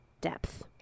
depth